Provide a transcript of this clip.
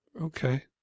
Okay